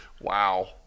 Wow